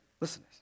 Listen